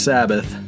Sabbath